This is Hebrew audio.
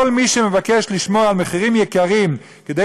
כל מי שמבקש לשמור על מחירים גבוהים כדי